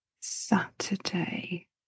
Saturday